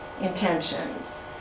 intentions